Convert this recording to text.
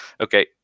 okay